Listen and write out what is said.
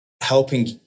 helping